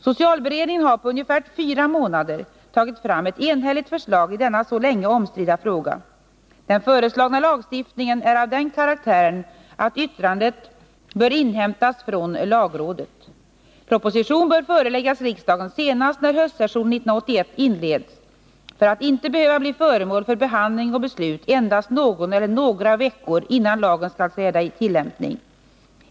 Socialberedningen har på ungefär fyra månader tagit fram ett enhälligt förslag i denna så länge omstridda fråga. Den föreslagna lagstiftningen är av den karaktären att yttrande bör inhämtas från lagrådet. Proposition bör föreläggas riksdagen senast när höstsessionen 1981 inleds för att inte behöva bli föremål för behandling och beslut endast någon eller några veckor innan lagen skall träda i tillämpning.